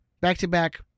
Back-to-back